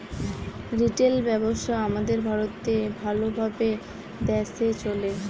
retail ব্যবসা আমাদের ভারতে ভাল ভাবে দ্যাশে চলে